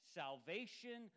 salvation